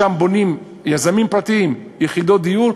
שם בונים יזמים פרטיים יחידות דיור,